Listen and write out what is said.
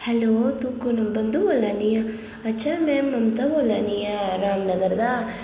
hello तूं कु'न बंधु बोल्लै निं आं अच्छा में ममता बोल्लै निं आं रामनगर दा